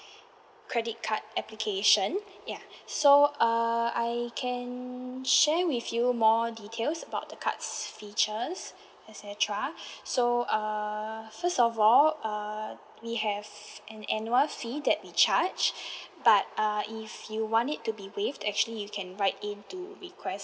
credit card applications ya so err I can share with you more details about the cards' features et cetera so err first of all err we have an annual fee that we charge but uh if you want it to be waived actually you can write in to request